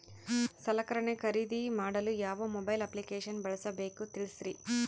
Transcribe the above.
ಸಲಕರಣೆ ಖರದಿದ ಮಾಡಲು ಯಾವ ಮೊಬೈಲ್ ಅಪ್ಲಿಕೇಶನ್ ಬಳಸಬೇಕ ತಿಲ್ಸರಿ?